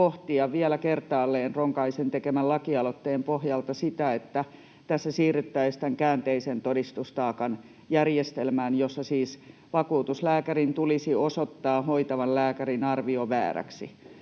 vielä kertaalleen Ronkaisen tekemän lakialoitteen pohjalta sitä, että tässä siirryttäisiin käänteisen todistustaakan järjestelmään, jossa siis vakuutuslääkärin tulisi osoittaa hoitavan lääkärin arvio vääräksi.